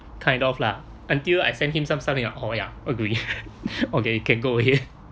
kind of lah until I send him some stuff then ya oh ya agree okay you can go ahead